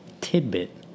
tidbit